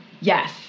Yes